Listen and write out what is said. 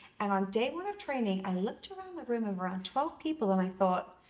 and on day one of training, i looked around the room of around twelve people and i thought,